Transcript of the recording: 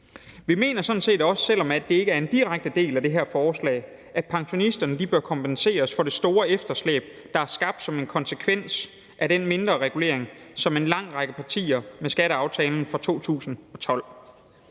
Vi mener sådan set også, selv om det ikke er en direkte del af det her forslag, at pensionisterne bør kompenseres for det store efterslæb, der er skabt som en konsekvens af den mindreregulering, som en lang række partier stod bag med skatteaftalen for 2012.